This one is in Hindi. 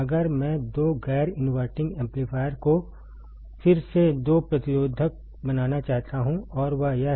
अगर मैं दो गैर इनवर्टिंग एम्पलीफायर को फिर से दो प्रतिरोधक बनाना चाहता हूं और वह यह है